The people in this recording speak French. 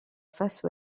face